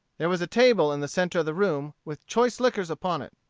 there was a table in the centre of the room, with choice liquors upon it.